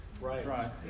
Right